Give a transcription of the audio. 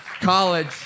college